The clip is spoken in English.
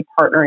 partnering